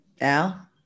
Al